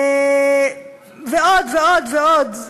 ועוד ועוד ועוד,